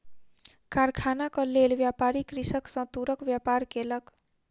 कारखानाक लेल, व्यापारी कृषक सॅ तूरक व्यापार केलक